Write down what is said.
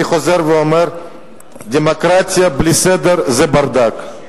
אני חוזר ואומר: דמוקרטיה בלי סדר זה ברדק,